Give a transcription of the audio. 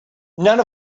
none